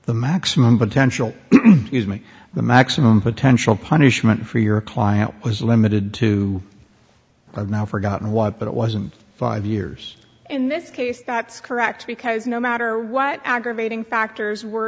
the maximum potential the maximum potential punishment for your client was limited to five now forgotten what but it wasn't five years in this case that's correct because no matter what aggravating factors were